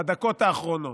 בדקות האחרונות.